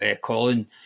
Colin